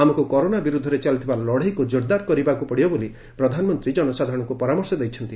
ଆମକୁ କରୋନା ବିରୁଦ୍ଧରେ ଚାଲିଥିବା ଲଢେଇକ୍ କୋରଦାର କରିବାକୁ ପଡିବ ବୋଲି ପ୍ରଧାନମନ୍ତ୍ରୀ କନସାଧାରଣଙ୍କୁ ପରାମର୍ଶ ଦେଇଛନ୍ତି